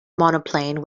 monoplane